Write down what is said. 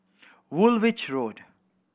Woolwich Road